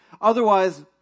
Otherwise